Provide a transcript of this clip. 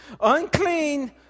unclean